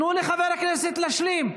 תנו לחבר הכנסת להשלים.